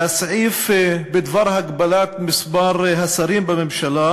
שהסעיפים בדבר הגבלת מספר השרים בממשלה